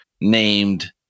named